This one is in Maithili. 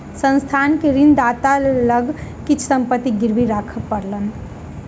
संस्थान के ऋणदाता लग किछ संपत्ति गिरवी राखअ पड़लैन